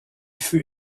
fut